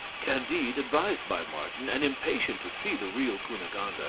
candide, advised by martin and impatient to see the real cunegonde, ah